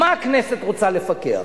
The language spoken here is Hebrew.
מה, הכנסת רוצה לפקח?